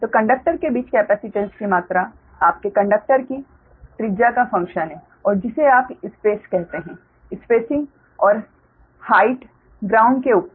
तो कंडक्टर के बीच कैपेसिटेन्स की मात्रा आपके कंडक्टर की त्रिज्या का फ़ंक्शन है और जिसे आप स्पेस कहते हैं स्पेसिंग और हाइट ग्राउंड से ऊपर